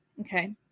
okay